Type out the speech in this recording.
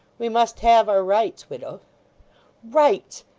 we must have our rights, widow rights!